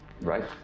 right